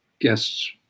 guests